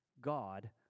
God